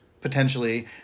Potentially